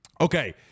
Okay